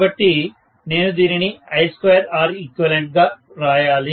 కాబట్టి నేను దీనిని I2Req గా రాయాలి